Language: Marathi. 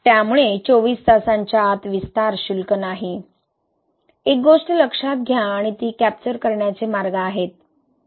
त्यामुळे 24 तासांच्या आत विस्तार क्षुल्लक नाही एक गोष्ट लक्षात घ्या आणि ती कॅप्चर करण्याचे मार्ग आहेत